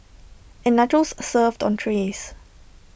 and nachos served on trays